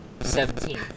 Seventeen